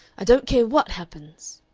i don't care what happens.